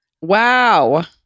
Wow